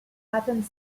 patent